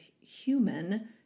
human